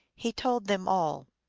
he told them all.